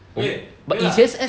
wait